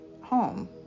home